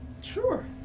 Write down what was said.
Sure